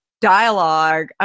dialogue